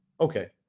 Okay